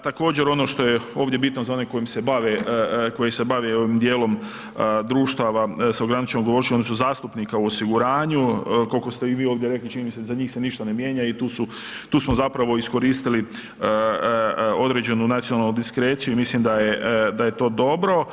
Također, ono što je ovdje bitno za one koji se bave ovim dijelom društava sa ograničenom odgovornošću, odnosno zastupnika u osiguranju, koliko ste vi ovdje rekli, čini mi se, za njih se ništa ne mijenja i tu su, tu smo zapravo iskoristili određenu nacionalnu diskreciju i mislim da je to dobro.